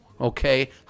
Okay